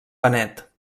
benet